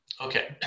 Okay